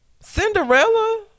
Cinderella